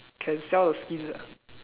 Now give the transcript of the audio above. can sell the skins eh